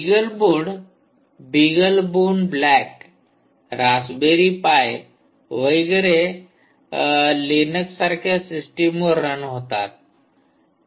beagle board Beagle bone black Raspberry Pi वगैरे Linux सारख्या सिस्टीमवर रन होतात